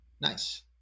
nice